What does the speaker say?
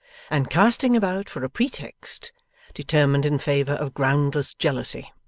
and casting about for a pretext determined in favour of groundless jealousy.